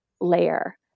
layer